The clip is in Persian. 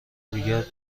دیگه